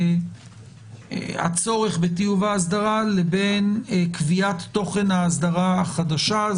הצורך בטיוב האסדרה לבין קביעת תוכן האסדרה החדשה.